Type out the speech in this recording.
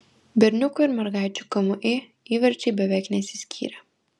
berniukų ir mergaičių kmi įverčiai beveik nesiskyrė